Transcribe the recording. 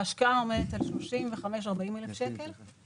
תהיה 35,000, 40,000 שקל.